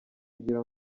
kugira